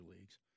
leagues